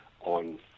on